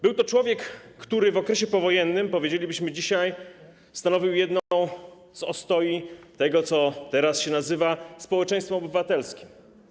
Był to człowiek, który w okresie powojennym, powiedzielibyśmy dzisiaj, stanowił jedną z ostoi tego, co teraz się nazywa społeczeństwem obywatelskim.